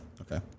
okay